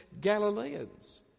Galileans